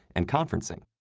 and conferencing.